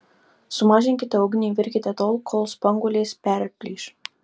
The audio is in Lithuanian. sumažinkite ugnį virkite tol kol spanguolės perplyš